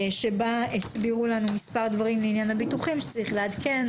שבה הסבירו לנו מספר דברים לעניין הביטוחים שצריך לעדכן,